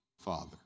father